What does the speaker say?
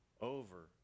over